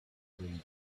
three